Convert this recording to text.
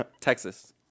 Texas